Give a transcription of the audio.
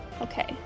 Okay